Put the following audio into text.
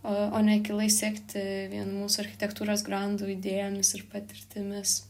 o o ne akylai sekti vien mūsų architektūros grandų idėjomis ir patirtimis